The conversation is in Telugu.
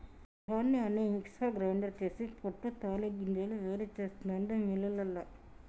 ధాన్యాన్ని మిక్సర్ గ్రైండర్ చేసి పొట్టు తాలు గింజలు వేరు చెస్తాండు మిల్లులల్ల